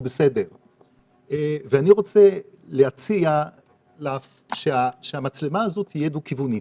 בסדר ואני רוצה להציע שהמצלמה הזאת תהיה דו כיוונית,